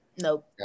Nope